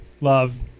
Love